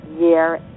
year